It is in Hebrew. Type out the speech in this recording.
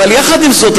יחד עם זאת,